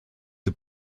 the